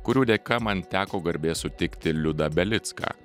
kurių dėka man teko garbė sutikti liudą belicką